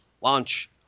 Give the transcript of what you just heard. Launch